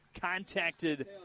contacted